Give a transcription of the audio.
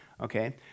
Okay